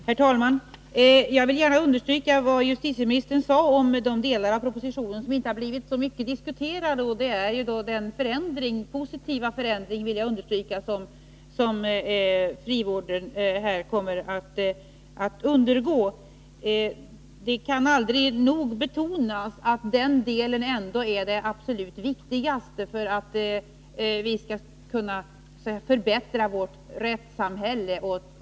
Herr talman! Jag vill gärna understryka vad justitieministern sade om de delar av propositionen som inte har blivit så mycket diskuterade och som gäller den positiva förändring som frivården kommer att undergå. Det kan aldrig nog betonas att den delen är den absolut viktigaste för tilltron till vårt rättssamhälle.